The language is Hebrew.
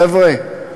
חבר'ה,